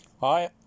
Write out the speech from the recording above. Hi